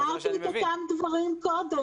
אמרתי את אותם דברים קודם.